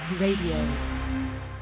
Radio